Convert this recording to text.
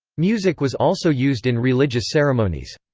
music was also used in religious ceremonies.